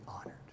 honored